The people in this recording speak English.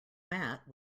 mat